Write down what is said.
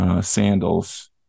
sandals